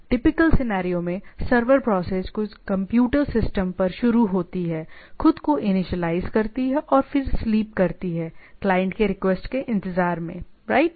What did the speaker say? typical सीनारियों में server process कुछ कंप्यूटर सिस्टम पर शुरू होती है खुद को इनिशियलाइज़ करती है और फिर स्लीप करती है क्लाइंट के रिक्वेस्ट के इंतजार में राइट